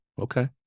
okay